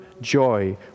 joy